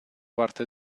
parte